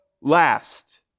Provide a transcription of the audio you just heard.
last